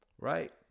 Right